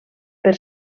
per